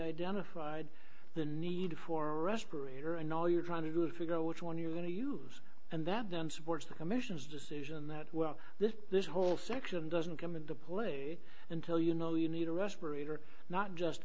identified the need for a respirator and all you're trying to do is figure which one you're going to use and that then supports the commission's decision that this this whole section doesn't come into play until you know you need a respirator not just